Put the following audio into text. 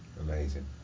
Amazing